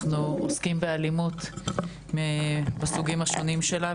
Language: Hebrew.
אנחנו עוסקים באלימות בסוגים השונים שלה,